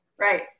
Right